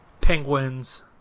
penguins